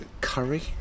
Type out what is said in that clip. curry